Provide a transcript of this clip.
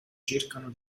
cercano